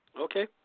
Okay